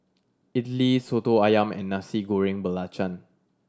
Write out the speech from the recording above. idly Soto Ayam and Nasi Goreng Belacan